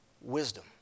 wisdom